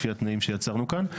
לפי התנאים שרשמנו כאן.